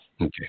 Okay